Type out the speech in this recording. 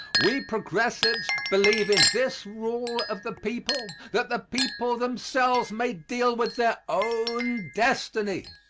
we progressives believe in this rule of the people that the people themselves may deal with their own destiny.